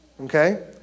okay